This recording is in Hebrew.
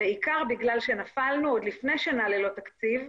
בעיקר בגלל שנפלנו עוד לפני שנעלה לתקציב,